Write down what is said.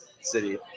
city